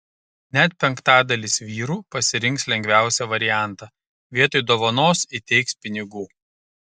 net penktadalis vyrų pasirinks lengviausią variantą vietoj dovanos įteiks pinigų